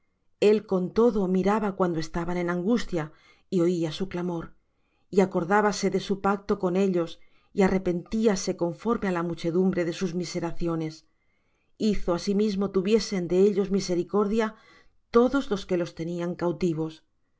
el con todo miraba cuando estaban en angustia y oía su clamor y acordábase de su pacto con ellos y arrepentíase conforme á la muchedumbre de sus miseraciones hizo asimismo tuviesen de ellos misericordia todos los que los tenían cautivos